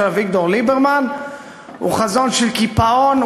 אביגדור ליברמן הוא חזון של קיפאון,